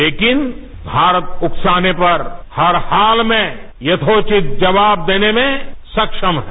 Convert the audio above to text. लेकिन भारत उकसाने पर हर हाल में यथोचित जवाब देने में सक्षम है